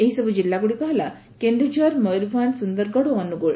ଏହିସବୁ ଜିଲ୍ଲାଗୁଡ଼ିକ ହେଲା କେନ୍ଦୁଝର ମୟୂରଭଞ୍ଞ ସୁନ୍ଦରଗଡ଼ ଓ ଅନୁଗୁଳ